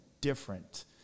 different